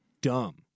dumb